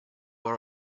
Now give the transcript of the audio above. are